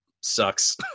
sucks